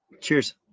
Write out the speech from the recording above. Cheers